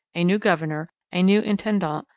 a new governor, a new intendant,